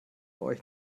euch